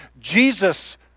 Jesus